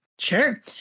Sure